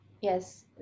Yes